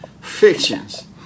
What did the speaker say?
fictions